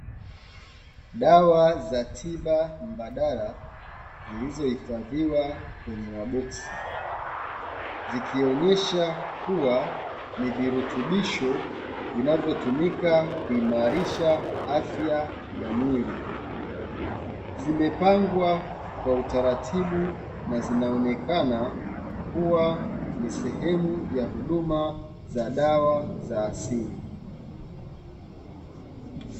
Dawa za tiba mbadala zilizohifadhiwa kwenye maboksi, zikionyesha kuwa ni virutubisho vinavyotumika kuimarisha afya ya mwili, zimepangwa kwa utaratibu na zinaonekana kuwa ni sehemu ya huduma za dawa za asili.